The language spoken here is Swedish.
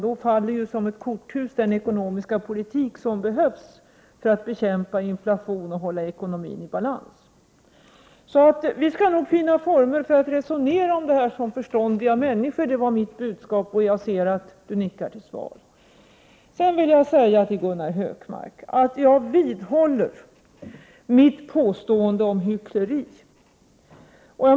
Då faller ju som ett korthus den ekonomiska politik som behövs för att bekämpa inflationen och hålla ekonomin i balans! Vi skall nog finna former för att resonera om detta som förståndiga människor, var mitt budskap. Jag ser att Anders Castberger nickar bifall. Jag vill säga till Gunnar Hökmark att jag vidhåller mitt påstående om hyckleri.